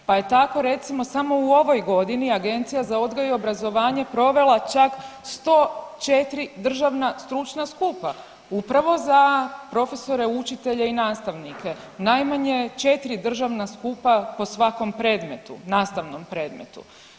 Pa je tako recimo samo u ovoj godini Agencija za odgoj i obrazovanje provela čak 104 državna stručna skupa, upravo za profesore, učitelje i nastavnike, najmanje četri državna skupa po svakom predmetu nastavnom predmetu.